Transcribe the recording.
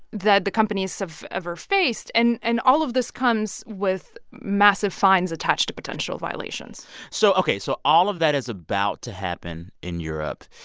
that the companies have ever faced. and and all of this comes with massive fines attached to potential violations so ok. so all of that is about to happen in europe.